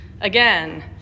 again